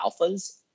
alphas